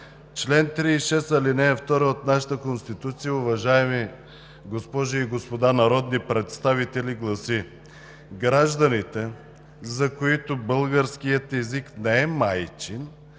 Член 36, ал. 2 от нашата Конституция, уважаеми госпожи и господа народни представители, гласи: „Гражданите, за които българският език не е майчин,